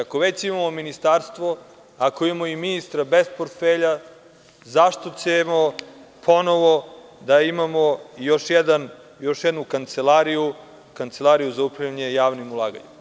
Ako već imamo ministarstvo, ako imamo i ministra bez portfelja, zašto ćemo ponovo da imamo još jednu kancelariju, Kancelariju za upravljanje javnim ulaganjima?